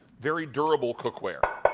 very durable cookware.